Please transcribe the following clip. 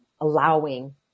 allowing